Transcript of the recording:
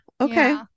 Okay